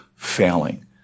failing